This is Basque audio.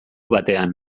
batean